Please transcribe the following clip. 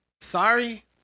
sorry